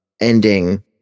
ending